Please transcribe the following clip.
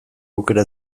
aukera